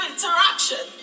interaction